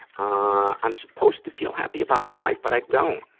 i'm supposed to feel happy about life, but i don't.